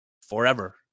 forever